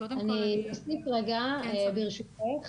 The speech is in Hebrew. אני אוסיף ברשותך,